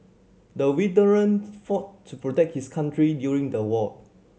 the veteran fought to protect his country during the war